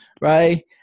right